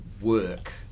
work